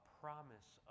promise